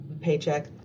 paycheck